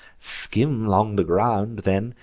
skim along the ground then,